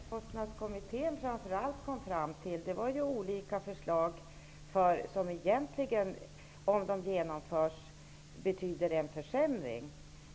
Herr talman! Det Merkostnadskommittén framför allt kom fram till var olika förslag som, om de genomförs, betyder en försämring.